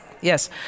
Yes